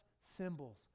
symbols